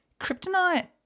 kryptonite